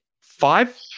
five